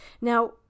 Now